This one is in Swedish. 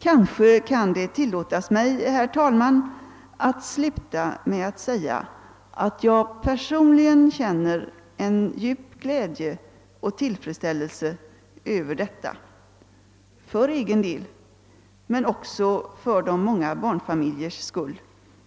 Kanske kan det tillåtas mig, herr talman, att sluta med att säga att jag personligen känner en djup glädje och tillfredsställelse över detta för egen del, men också för de många barnfamiljers skull